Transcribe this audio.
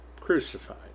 crucified